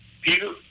Peter